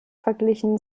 verglichen